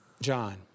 John